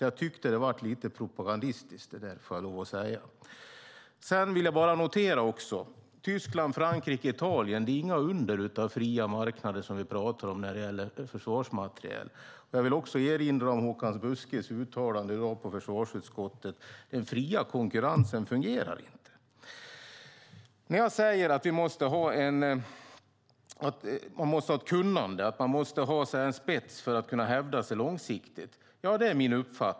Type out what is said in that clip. Jag tyckte nog att det blev lite propagandistiskt. Tyskland, Frankrike och Italien är inga under av fria marknader när vi talar om försvarsmateriel. Jag vill också erinra om Håkan Buskhes uttalande i dag på försvarsutskottet om att den fria konkurrensen inte fungerar. Det är min uppfattning att man måste ha ett spetskunnande för att kunna hävda sig långsiktigt.